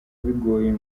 bigoye